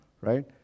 right